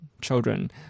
children